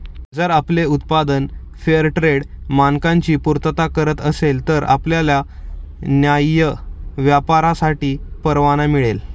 जर आपले उत्पादन फेअरट्रेड मानकांची पूर्तता करत असेल तर आपल्याला न्याय्य व्यापारासाठी परवाना मिळेल